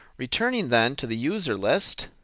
returning then to the user list,